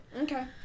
Okay